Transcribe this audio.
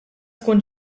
tkun